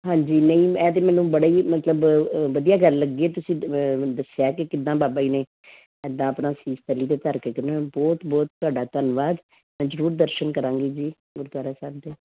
ਹਾਂਜੀ ਨਹੀਂ ਆਹ ਤਾਂ ਮੈਨੂੰ ਬੜੇ ਹੀ ਮਤਲਬ ਵਧੀਆ ਗੱਲ ਲੱਗੀ ਤੁਸੀਂ ਦੱਸਿਆ ਕਿ ਕਿੱਦਾਂ ਬਾਬਾ ਜੀ ਨੇ ਇੱਦਾਂ ਆਪਣਾ ਸੀਸ ਤਲੀ 'ਤੇ ਧਰ ਕੇ ਕਹਿੰਦਾ ਮੈਂ ਬਹੁਤ ਬਹੁਤ ਤੁਹਾਡਾ ਧੰਨਵਾਦ ਮੈਂ ਜਰੂਰ ਦਰਸ਼ਨ ਕਰਾਂਗੀ ਜੀ ਗੁਰੂਦਵਾਰਾ ਸਾਹਿਬ ਦੇ